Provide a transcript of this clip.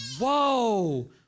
Whoa